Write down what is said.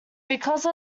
because